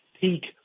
peak